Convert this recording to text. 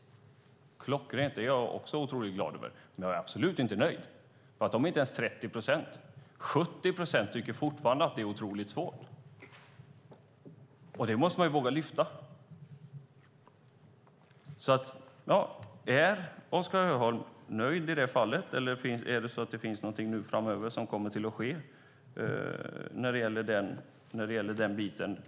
Klockrent! Det är jag också otroligt glad över! Men jag är absolut inte nöjd! De är ju inte ens 30 procent. 70 procent tycker fortfarande att det är otroligt svårt. Det måste man våga lyfta fram. Är Oskar Öholm nöjd i det fallet? Eller kommer det att ske någonting framöver när det gäller den biten?